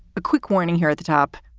a quick warning here at the top.